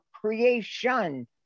creation